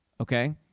okay